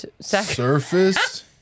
Surface